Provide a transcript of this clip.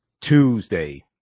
Tuesday